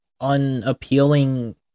unappealing